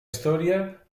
historia